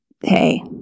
hey